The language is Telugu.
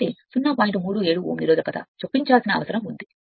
37 ఓం నిరోధకత చొప్పించాల్సిన అవసరం ఉంది